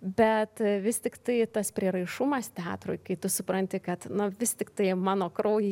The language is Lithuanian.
bet vis tiktai tas prieraišumas teatrui kai tu supranti kad na vis tiktai mano kraujy